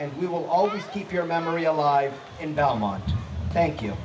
and we will always keep your memory alive in belmont thank you